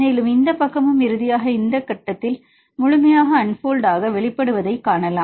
மேலும் இந்த பக்கமும் இறுதியாக இந்த கட்டத்தில் நீங்கள் முழுமையாக அன்போல்டு ஆக வெளிப்படுவதைக் காணலாம்